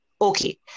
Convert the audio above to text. okay